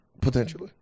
Potentially